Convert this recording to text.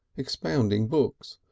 expounding books,